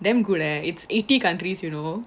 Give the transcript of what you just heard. damn good leh it's eighty countries you know